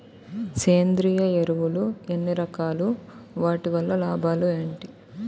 సేంద్రీయ ఎరువులు ఎన్ని రకాలు? వాటి వల్ల లాభాలు ఏంటి?